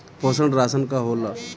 पोषण राशन का होला?